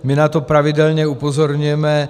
My na to pravidelně upozorňujeme.